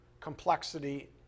complexity